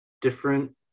different